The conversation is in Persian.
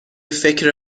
فکر